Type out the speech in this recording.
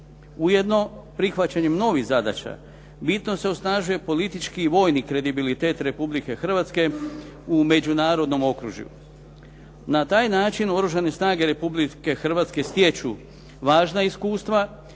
Ujedno prihvaćanjem novih zadaća bitno se osnažuje politički i vojni kredibilitete Republike Hrvatske u međunarodnom okružju. Na taj način Oružane snage Republike Hrvatske stječu važna iskustva